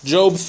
Job